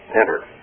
enter